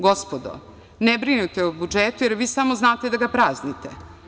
Gospodo, ne brinite o budžetu, jer vi samo znate da ga praznite.